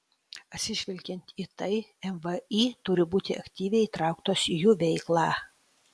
atsižvelgiant į tai mvį turi būti aktyviai įtrauktos į jų veiklą